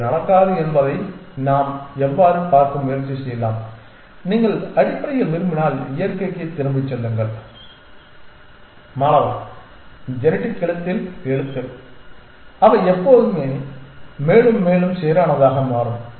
இது நடக்காது என்பதை நாம் எவ்வாறு பார்க்க முயற்சி செய்யலாம் நீங்கள் அடிப்படையில் விரும்பினால் இயற்கைக்குத் திரும்பிச் செல்லுங்கள் மாணவர் ஜெனடிக் எழுத்தில் எழுத்து refer time 3916 அவை எப்போது மேலும் மேலும் சீரானதாக மாறும்